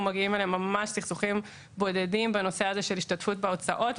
או שמגיעים אליהם סכסוכים בודדים בנושא הזה של השתתפות בהוצאות,